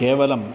केवलं